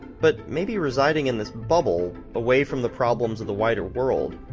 but maybe residing in this bubble, away from the problems of the wider world,